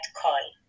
call